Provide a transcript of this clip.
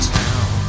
town